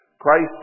Christ